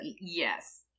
Yes